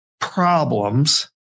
problems